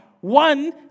one